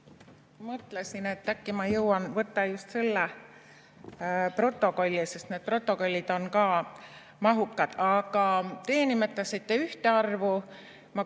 Ma mõtlesin, et äkki ma jõuan võtta just selle protokolli, sest need protokollid on ka mahukad. Aga te nimetasite ühte arvu,